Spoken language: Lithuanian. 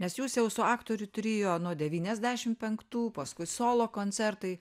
nes jūs jau su aktorių trio nuo devyniasdešim penktų paskui solo koncertai